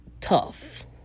tough